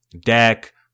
Dak